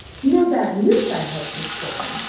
no bad news, i hope, miss portman?